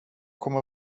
kommer